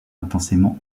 intensément